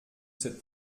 cette